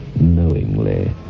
knowingly